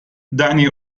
دعني